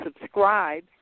subscribe